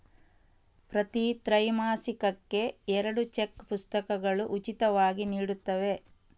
ಪ್ರತಿ ತ್ರೈಮಾಸಿಕಕ್ಕೆ ಎರಡು ಚೆಕ್ ಪುಸ್ತಕಗಳು ಉಚಿತವಾಗಿ ನೀಡುತ್ತವೆ